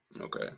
Okay